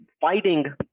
fighting